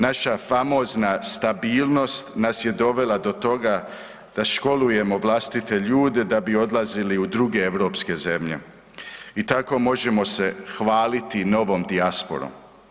Naša famozna stabilnost nas je dovela do toga da školujemo vlastite ljude da bi odlazile u druge europske zemlje i tako možemo se hvaliti novom dijasporom.